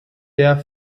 der